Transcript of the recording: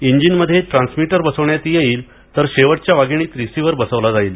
इंजिनमध्ये ट्रान्समीटर बसवण्यात येईल तर शेवटच्या वाधिणीत रिसिव्हर बसवला जाईल